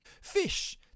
fish